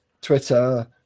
twitter